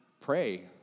pray